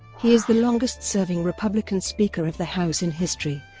he is the longest-serving republican speaker of the house in history,